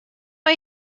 mei